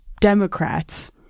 Democrats